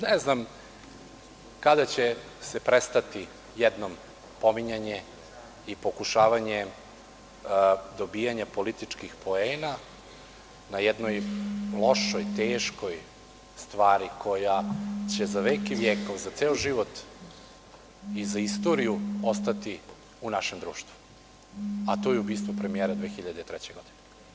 Ne znam kada će se jednom prestati sa pominjanjem i pokušavanjem dobijanja političkih poena na jednoj lošoj, teškoj stvari koja će za vjek i vjekov, za ceo život i za istoriju ostati u našem društvu, a to je ubistvo premijera 2003. godine.